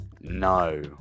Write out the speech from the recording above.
No